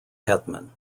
hetman